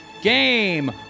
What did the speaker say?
Game